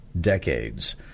decades